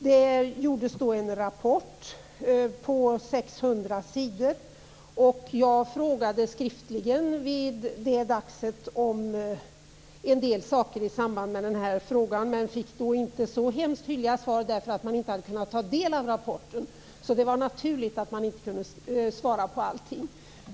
Det gjordes en rapport på 600 sidor. Jag frågade skriftligen om en del saker i samband med den här frågan. Jag fick inte så tydliga svar eftersom man inte kunna ta del av rapporten. Det var naturligt att man inte kunde svara på allting.